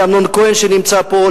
לאמנון כהן שנמצא פה,